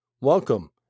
welcome